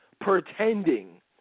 pretending